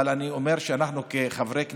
אבל אני אומר שאנחנו כחברי כנסת,